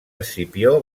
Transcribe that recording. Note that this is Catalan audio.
escipió